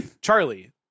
Charlie